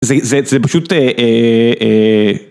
זה זה זה פשוט אהה אהה אהההה